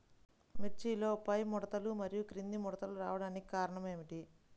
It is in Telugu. మిర్చిలో పైముడతలు మరియు క్రింది ముడతలు రావడానికి కారణం ఏమిటి?